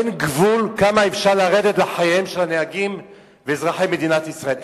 אין גבול כמה אפשר לרדת לחייהם של הנהגים ואזרחי מדינת ישראל.